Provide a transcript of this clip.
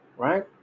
Right